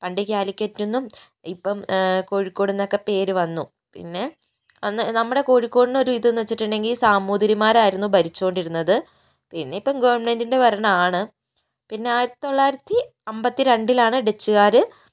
പണ്ട് കാലിക്കറ്റെന്നും ഇപ്പോൾ കോഴിക്കോടെന്നൊക്കെ പേര് വന്നു പിന്നെ അന്ന് നമ്മുടെ കോഴിക്കോടിനൊരു ഇതെന്നു വെച്ചിട്ടുണ്ടെങ്കിൽ സാമൂതിരിമാരായിരുന്നു ഭരിച്ചുകൊണ്ടിരുന്നത് പിന്നിപ്പോൾ ഗവൺമെൻ്റിൻ്റെ ഭരണമാണ് പിന്നെ ആയിരത്തി തൊള്ളായിരത്തി അമ്പത്തി രണ്ടിലാണ് ഡച്ചുകാര്